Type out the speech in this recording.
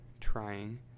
trying